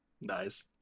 Nice